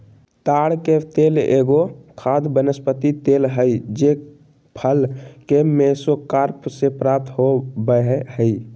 ताड़ के तेल एगो खाद्य वनस्पति तेल हइ जे फल के मेसोकार्प से प्राप्त हो बैय हइ